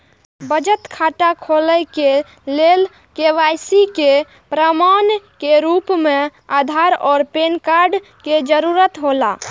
बचत खाता खोले के लेल के.वाइ.सी के प्रमाण के रूप में आधार और पैन कार्ड के जरूरत हौला